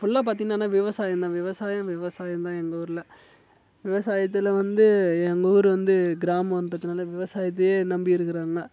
ஃபுல்லாக பார்த்தீனா ஆனால் விவசாயம் தான் விவசாயம் விவசாயம் தான் எங்கள் ஊரில் விவசாயத்தில் வந்து எங்கள் ஊரர் வந்து கிராமம்ங்றதுனால விவசாயத்தையே நம்பி இருக்கிறாங்க